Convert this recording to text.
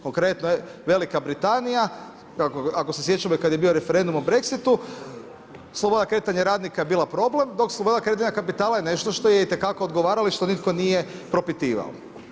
Konkretno, VB ako se sjećamo i kad je bio referendum o Brexit-u slobodna kretanja radnika je bila problem, dok slobodna kretanja kapitala je nešto što je itekako odgovaralo i što nitko nije propitivao.